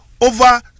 over